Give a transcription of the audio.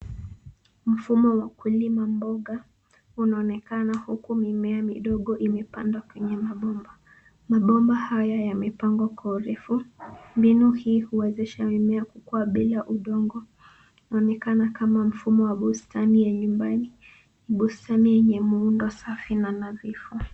Mfumo wa kulima mboga unaonekana huku mimea midogo imepandwa kwenye mabomba. Mabomba haya yamepangwa kwa urefu, mbinu hii huwezesha mimea kukua bila udongo. Inaonekana kama mfumo wa bustani ya nyumbani, ni busani yenye muundo safi na nadhifu.